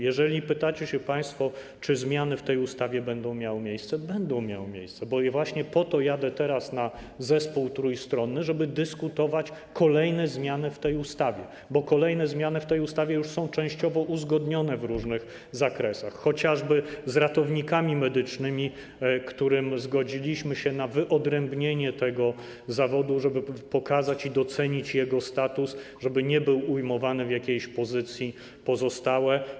Jeżeli pytacie państwo, czy zmiany w tej ustawie będą miały miejsce, będą miały miejsce, bo ja właśnie po to jadę teraz na spotkanie zespołu trójstronnego, żeby dyskutować kolejne zmiany w tej ustawie, bo kolejne zmiany w tej ustawie już są częściowo uzgodnione w różnych zakresach, chociażby z ratownikami medycznymi, w przypadku których zgodziliśmy się na wyodrębnienie tego zawodu, żeby pokazać i docenić jego status, żeby nie był ujmowany w jakiejś pozycji: pozostałe.